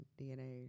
DNA